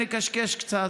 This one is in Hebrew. נקשקש קצת,